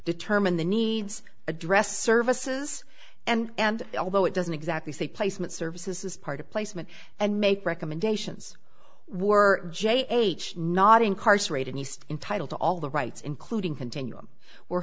determine the needs addressed services and although it doesn't exactly say placement services as part of placement and make recommendations were j h not incarcerated east entitled to all the rights including continuum were